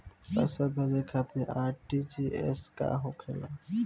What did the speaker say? पैसा भेजे खातिर आर.टी.जी.एस का होखेला?